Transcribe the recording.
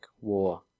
war